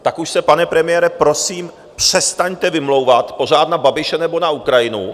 Tak už se, pane premiére, prosím přestaňte vymlouvat pořád na Babiše nebo na Ukrajinu.